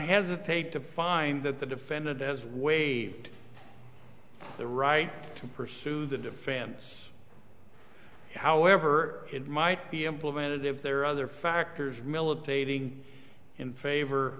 hesitate to find that the defendant has waived the right to pursue the defense however it might be implemented if there are other factors militating in favor